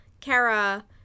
kara